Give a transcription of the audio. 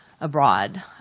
abroad